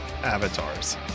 avatars